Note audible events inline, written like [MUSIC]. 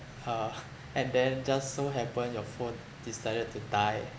uh [LAUGHS] and then just so happen your phone decided to die